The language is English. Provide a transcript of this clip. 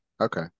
Okay